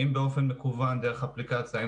אם באופן מקוון דרך אפליקציה,